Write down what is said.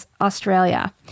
Australia